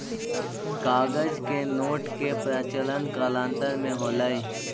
कागज के नोट के प्रचलन कालांतर में होलइ